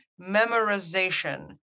memorization